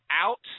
out